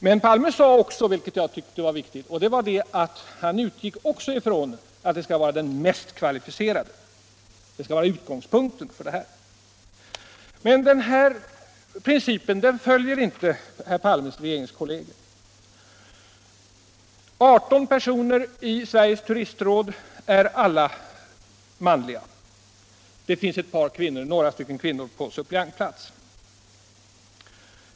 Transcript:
Men herr Palme sade också, vilket jag tyckte var viktigt, att även han utgick från att det skulle vara den mest kvalificerade personen som kom i fråga. Detta skulle vara utgångspunkten. Men den här principen följer inte herr Palmes regeringskolleger. De 18 personerna i Sveriges turisråd är alla manliga. Det finns några kvinnor på suppleantplats.